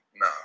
No